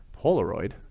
Polaroid